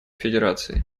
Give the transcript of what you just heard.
федерацией